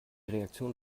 reaktion